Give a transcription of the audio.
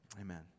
amen